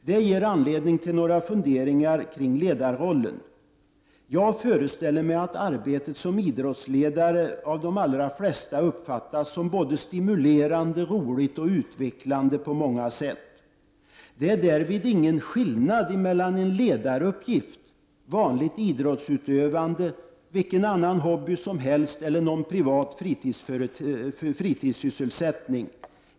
Det ger anledning till några funderingar kring ledarrollen. Jag föreställer mig att arbetet som idrottsledare av de allra flesta uppfattas som stimulerande, roligt och utvecklande på många sätt. Det är därvid ingen skillnad mellan en ledaruppgift, vanligt idrottsutövande, vilken annan hobby som helst eller någon privat fritidssysselsättning.